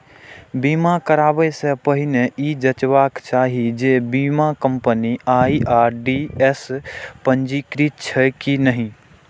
बीमा कराबै सं पहिने ई जांचबाक चाही जे बीमा कंपनी आई.आर.डी.ए सं पंजीकृत छैक की नहि